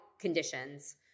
conditions